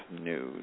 news